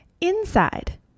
Inside